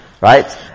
Right